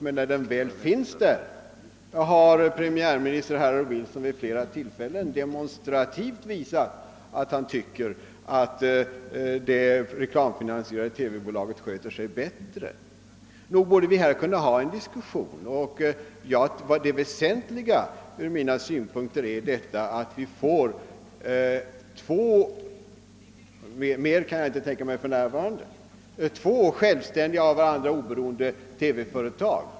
Men när den nu väl finns där, har premiärminister Harold Wilson vid flera tillfällen demonstrativt visat, att han tycker att det reklamfinansierade TV-bolaget sköter sig bättre än det andra bolaget. Nog borde vi här kunna föra en diskussion. Det väsentliga ur mina synpunkter är att vi får två — mer kan jag inte tänka mig för närvarande — självständiga, av varandra oberoende TV företag.